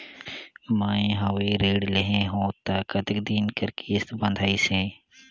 मैं हवे ऋण लेहे हों त कतेक दिन कर किस्त बंधाइस हे?